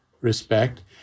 respect